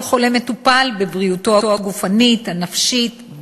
חולה מטופל: בבריאותו הגופנית והנפשית,